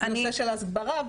נושא של הסברה.